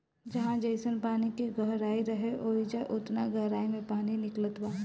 जहाँ जइसन पानी के गहराई रहे, ओइजा ओतना गहराई मे पानी निकलत बा